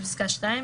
בפסקה (2),